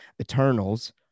Eternals